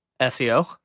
SEO